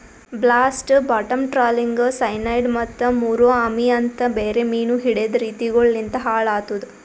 blast, bottom trawling, cyanide ಮತ್ತ ಮುರೋ ಅಮಿ ಅಂತ್ ಬೇರೆ ಮೀನು ಹಿಡೆದ್ ರೀತಿಗೊಳು ಲಿಂತ್ ಹಾಳ್ ಆತುದ್